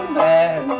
bad